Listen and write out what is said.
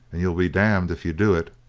and you'll be damned if you do it,